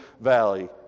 valley